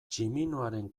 tximinoaren